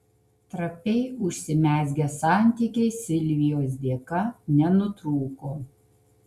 trapiai užsimezgę santykiai silvijos dėka nenutrūko